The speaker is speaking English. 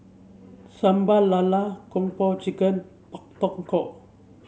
Sambal Lala Kung Po Chicken Pak Thong Ko